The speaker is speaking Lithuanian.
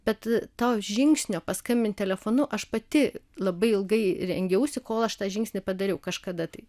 bet to žingsnio paskambint telefonu aš pati labai ilgai rengiausi kol aš tą žingsnį padariau kažkada tai